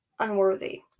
unworthy